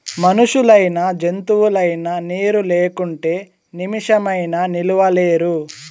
మనుషులైనా జంతువులైనా నీరు లేకుంటే నిమిసమైనా నిలువలేరు